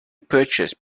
purchase